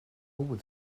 with